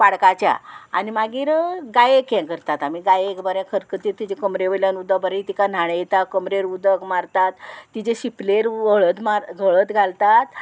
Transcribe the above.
पाडकाच्या आनी मागीर गायेक हें करतात आमी गायेक बरें खतखतीत तिचे कमरे वयल्यान उदक बरें तिका न्हाणयता कमरेर उदक मारतात तिचे शिपलेर हळद मार हळद घालतात